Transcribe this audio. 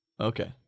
okay